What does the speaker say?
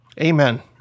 Amen